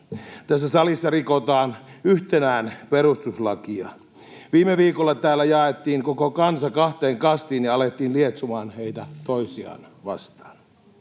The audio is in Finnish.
Tässä salissa rikotaan yhtenään perustuslakia. Viime viikolla täällä jaettiin koko kansa kahteen kastiin ja alettiin lietsomaan heitä toisiaan vastaan.